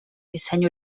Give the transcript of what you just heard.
disseny